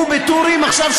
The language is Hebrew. הוא בטורים עכשיו,